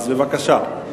אז בבקשה.